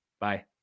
Bye